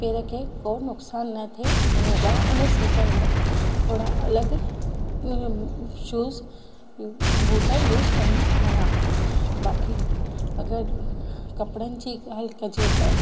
पेर खे को नुकसानु न थिए हिन लाइ उन सीजन लाइ अहिड़ा अलॻि शूस ॿूट यूज़ कंदी आहियां बाक़ी अगरि कपिड़नि जी ॻाल्हि कजे त